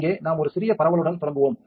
இங்கே நாம் ஒரு சிறிய பரவலுடன் தொடங்குவோம்